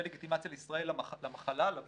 לדה-לגיטימציה לישראל למחלה, לווירוס,